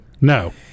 No